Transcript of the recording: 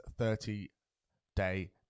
30-day